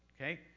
Okay